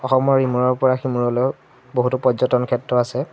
অসমৰ ইমূৰৰপৰা সিমূৰলৈও বহুতো পৰ্যটন ক্ষেত্ৰ আছে